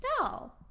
No